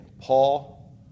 Paul